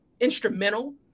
instrumental